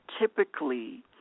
typically